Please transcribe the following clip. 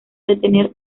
detener